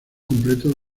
completos